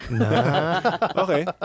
Okay